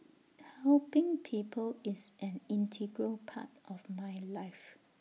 helping people is an integral part of my life